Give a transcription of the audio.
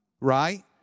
right